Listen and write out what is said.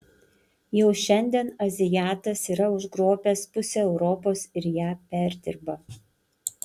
jau šiandien azijatas yra užgrobęs pusę europos ir ją perdirba